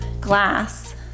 glass